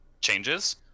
changes